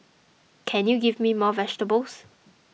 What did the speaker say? can you give me more vegetables